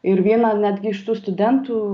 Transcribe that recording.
ir vieną netgi iš tų studentų